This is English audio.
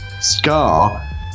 scar